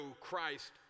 Christ